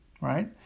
right